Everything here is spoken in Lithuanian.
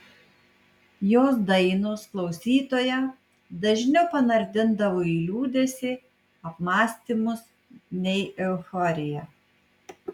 jos dainos klausytoją dažniau panardindavo į liūdesį apmąstymus nei euforiją